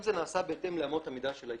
זה נעשה בהתאם לאמות המידה של ה-ICAO.